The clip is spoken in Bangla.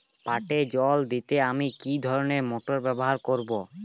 পাটে জল দিতে আমি কি ধরনের মোটর ব্যবহার করব?